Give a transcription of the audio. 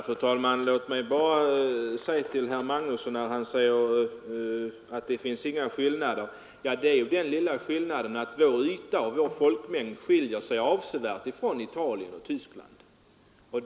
Fru talman! Låt mig bara säga till herr Magnusson i Kristinehamn att Sveriges yta och folkmängd skiljer sig avsevärt från Italiens och Tysklands.